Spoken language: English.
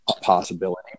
possibility